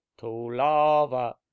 Tolava